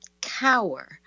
cower